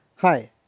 Hi